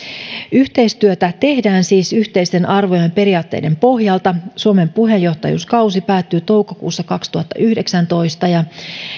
yhteistyötä tehdään siis yhteisten arvojen ja periaatteiden pohjalta suomen puheenjohtajuuskausi päättyy toukokuussa kaksituhattayhdeksäntoista ja